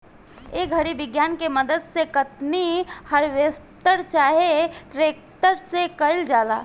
ए घड़ी विज्ञान के मदद से कटनी, हार्वेस्टर चाहे ट्रेक्टर से कईल जाता